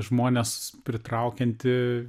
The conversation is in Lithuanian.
žmones pritraukianti